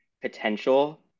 potential